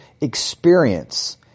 experience